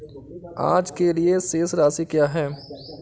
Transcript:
आज के लिए शेष राशि क्या है?